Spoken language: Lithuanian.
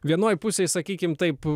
vienoj pusėj sakykim taip